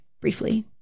briefly